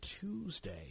Tuesday